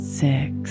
six